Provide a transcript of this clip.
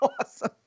awesome